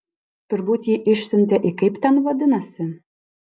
turbūt jį išsiuntė į kaip ten vadinasi